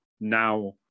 now